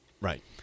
Right